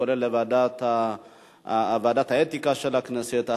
כולל לוועדת האתיקה של הכנסת.